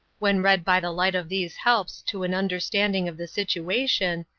when read by the light of these helps to an understanding of the situation,